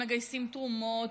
הם מגייסים תרומות,